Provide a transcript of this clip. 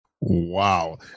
Wow